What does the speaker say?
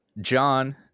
John